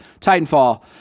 titanfall